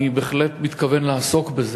אני בהחלט מתכוון לעסוק בזה.